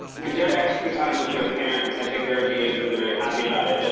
their extra time with their parents, i think, they're of the age where they're very happy about it. but